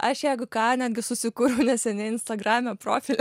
aš jeigu ką netgi susikuriau neseniai instagrame profilį